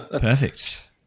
Perfect